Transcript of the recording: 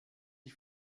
die